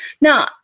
Now